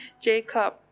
Jacob